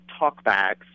talkbacks